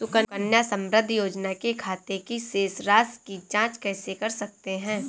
सुकन्या समृद्धि योजना के खाते की शेष राशि की जाँच कैसे कर सकते हैं?